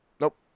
Nope